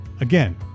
Again